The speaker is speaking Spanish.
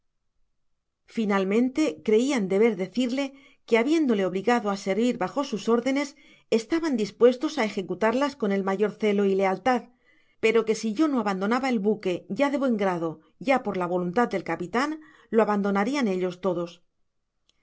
finalmente creian deber decirle que habiéndose obligado á servir bajo sus órdenes estaban dispuestos á ejecutarlas con el mayor celo y lealtad pero que si yo no abandonaba el buque ya de buen grado ya por la voluntad del capitan lo abandonarian ellos todos